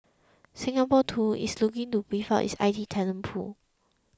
Singapore too is looking to beef up its I T talent pool